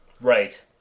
Right